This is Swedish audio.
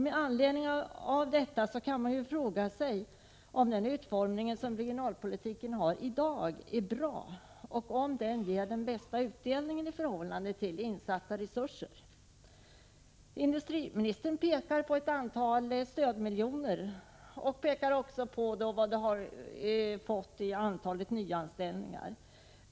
Med anledning av detta kan man fråga sig om den utformning som regionalpolitiken har i dag är bra och om den ger den bästa utdelningen i förhållande till insatta resurser. Industriministern talar om ett antal stödmiljoner och om vad de gett i antal nyanställningar.